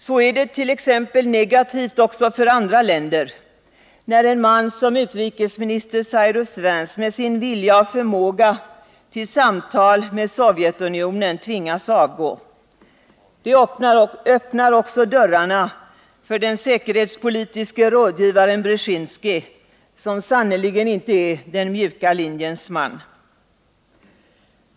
Så är det t.ex. negativt också för andra länder när en man som utrikesminister Cyrus Vance med sin vilja och förmåga till samtal med Sovjetunionen tvingas avgå. Det öppnar också dörrarna för den säkerhetspolitiske rådgivaren Brzezinski, som sannerligen inte är den mjuka linjens man.